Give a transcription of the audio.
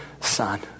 son